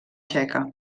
txeca